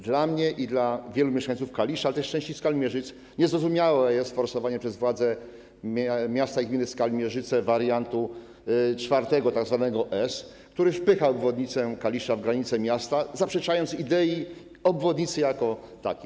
Dla mnie i dla wielu mieszkańców Kalisza, ale też części Skalmierzyc niezrozumiałe jest forsowanie przez władze miasta i gminy Skalmierzyce wariantu czwartego, tzw. S, który wpycha obwodnicę Kalisza w granice miasta, zaprzeczając idei obwodnicy jako takiej.